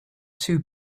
two